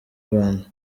rwanda